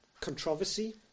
controversy